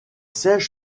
siège